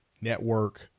network